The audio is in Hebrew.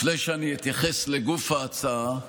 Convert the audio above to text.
לפני שאני אתייחס לגוף ההצעה,